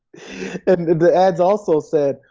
and the ads also said,